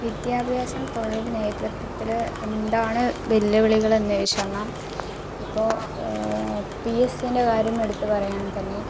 വിദ്യാഭ്യാസം തൊഴിൽ നേതൃത്വത്തിൽ എന്താണ് വെല്ലുവിളികൾ എന്ന് ചോദിച്ച് പറഞ്ഞാൽ ഇപ്പോൾ പി എസ് സീൻ്റെ കാര്യം എടുത്തു പറയുകയാണെങ്കിൽ തന്നെ